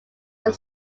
are